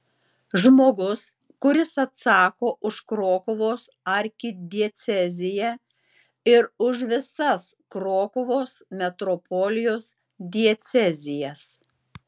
žmogus kuris atsako už krokuvos arkidieceziją ir už visas krokuvos metropolijos diecezijas